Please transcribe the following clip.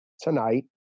tonight